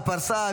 בפרסה.